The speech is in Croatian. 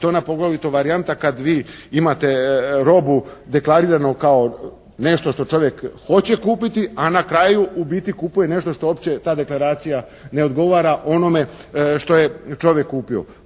to je poglavito ona varijanta kad vi imate robu deklariranu kao nešto što čovjek hoće kupiti, a na kraju u biti kupuje nešto što uopće ta deklaracija ne odgovara onome što je čovjek kupio.